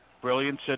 brilliance